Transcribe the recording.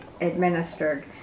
administered